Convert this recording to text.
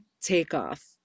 takeoff